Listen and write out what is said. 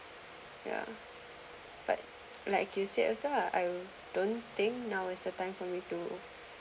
ya but like you said also I'm I will don't think now was the time for me to